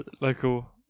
local